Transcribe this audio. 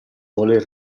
voler